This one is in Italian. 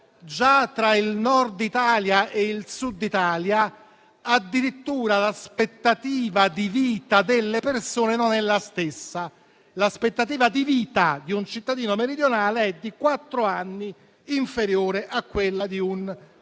già tra il Nord Italia e il Sud Italia addirittura l'aspettativa di vita delle persone non è la stessa: l'aspettativa di vita di un cittadino meridionale è di quattro anni inferiore a quella di un cittadino